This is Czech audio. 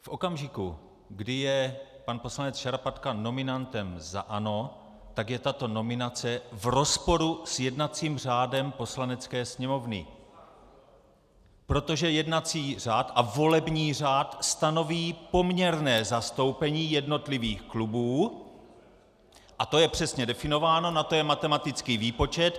V okamžiku, kdy je pan poslanec Šarapatka nominantem za ANO, tak je tato nominace v rozporu s jednacím řádem Poslanecké sněmovny, protože jednací řád a volební řád stanoví poměrné zastoupení jednotlivých klubů a to je přesně definováno, na to je matematický výpočet.